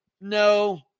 No